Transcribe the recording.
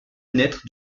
naître